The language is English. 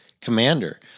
commander